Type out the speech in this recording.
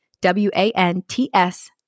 W-A-N-T-S